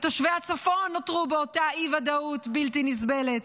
תושבי הצפון נותרו באותה אי-ודאות בלתי נסבלת,